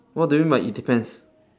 what do you mean by it depends